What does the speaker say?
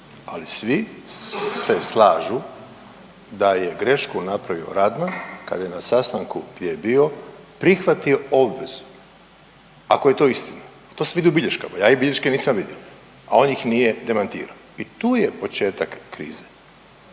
ali svi se slažu da je grašku napravio Radman kad je na sastanku gdje je bio prihvatio obvezu, ako je to istina. To se vidi u bilješkama, ja bilješke nisam vidio, a on ih nije demantirao i tu je početak krize.